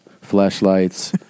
Flashlights